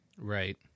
Right